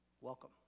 Welcome